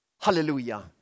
Hallelujah